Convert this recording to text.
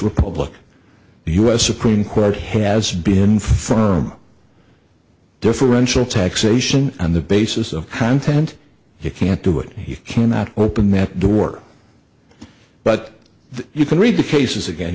republic the u s supreme court has been firm differential taxation on the basis of content you can't do it he cannot open that door but you can read the cases again